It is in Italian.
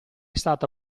stata